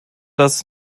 das